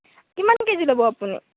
কিমান কেজি ল'ব আপুনি